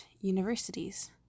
universities